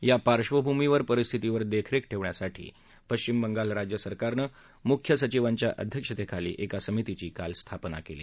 या पार्श्वभूमीवर परिस्थितीवर देखरेख ठेवण्यासाठी पश्विम बंगाल राज्य सरकारनं मुख्य सचिवांच्या अध्यक्षतेखाली एका समितीची काल स्थापना केली